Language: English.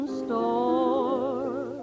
store